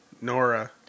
Nora